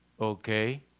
Okay